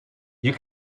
you